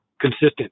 consistent